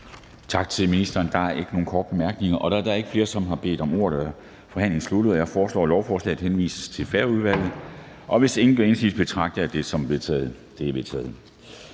Tak til ministeren. Der er ikke nogen korte bemærkninger. Da der ikke er flere, som har bedt om ordet, er forhandlingen sluttet. Jeg foreslår, at lovforslaget henvises til Færøudvalget. Hvis ingen gør indsigelse, betragter jeg det som vedtaget.